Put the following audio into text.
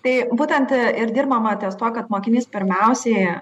tai būtent a ir dirbama ties tuo kad mokinys pirmiausiai